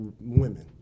women